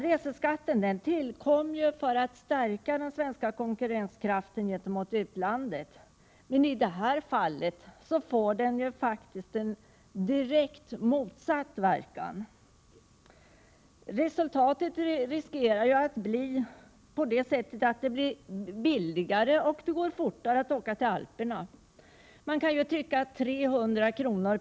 Reseskatten tillkom för att stärka den svenska konkurrenskraften gentemot utlandet. I det här fallet får den en direkt motsatt verkan. Resultatet riskerar att bli att det blir billigare och går fortare att åka till Alperna. Man kan ju tycka att 300 kr.